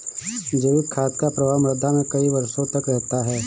जैविक खाद का प्रभाव मृदा में कई वर्षों तक रहता है